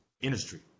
industry